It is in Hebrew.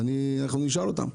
אז אני, אנחנו נשאל אותם.